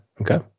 Okay